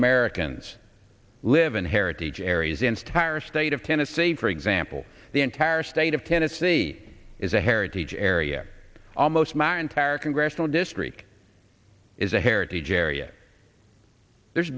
americans live in heritage areas in stier state of tennessee for example the entire state of tennessee is a heritage area almost my entire congressional district is a heritage area there's